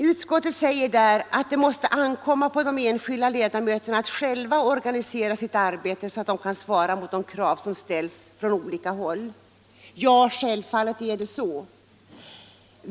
Utskottet anför att det måste ankomma på de enskilda ledamöterna att själva organisera sitt arbete så att de kan svara mot de krav som ställs från olika håll. Ja, självfallet är det så.